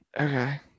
Okay